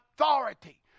authority